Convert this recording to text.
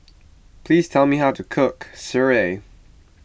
please tell me how to cook Sireh